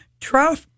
trump